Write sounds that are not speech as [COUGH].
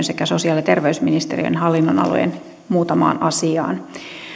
[UNINTELLIGIBLE] sekä sosiaali ja terveysministeriön hallinnonalojen muutamaan asiaan